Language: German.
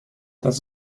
das